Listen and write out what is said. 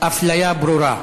אפליה ברורה.